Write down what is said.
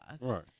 Right